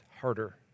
harder